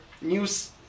news